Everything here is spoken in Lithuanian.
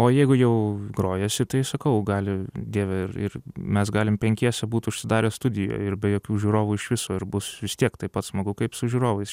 o jeigu jau grojasi tai sakau gali dieve ir ir mes galim penkiese būt užsidarę studijoje ir be jokių žiūrovų iš viso ir bus vis tiek taip pat smagu kaip su žiūrovais